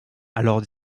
alors